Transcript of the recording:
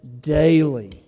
daily